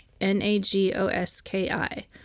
n-a-g-o-s-k-i